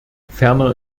ferner